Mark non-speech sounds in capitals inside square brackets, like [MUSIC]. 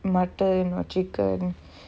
mutton or chicken [BREATH]